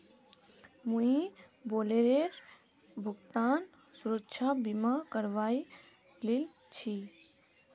मुई बोलेरोर भुगतान सुरक्षा बीमा करवइ लिल छि